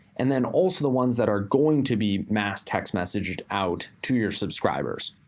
and then also the ones that are going to be massed text messaged out to your subscribers.